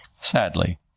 sadly